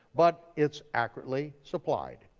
but it's accurately supplied.